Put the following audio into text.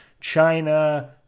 China